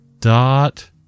Dot